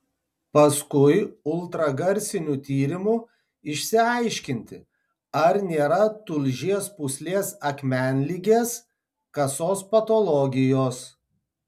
paskui ultragarsiniu tyrimu išsiaiškinti ar nėra tulžies pūslės akmenligės kasos patologijos